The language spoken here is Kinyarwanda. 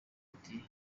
ati